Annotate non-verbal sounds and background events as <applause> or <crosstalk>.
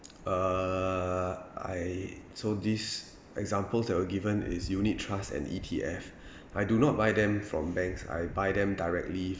err I so these examples that were given is unit trust and E_T_F <breath> I do not buy them from banks I buy them directly